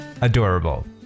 adorable